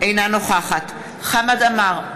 אינה נוכחת חמד עמאר,